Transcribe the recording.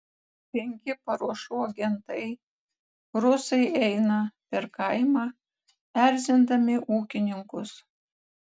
penki paruošų agentai rusai eina per kaimą erzindami ūkininkus